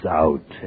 out